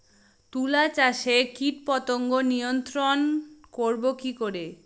তুলা চাষে কীটপতঙ্গ নিয়ন্ত্রণর করব কি করে?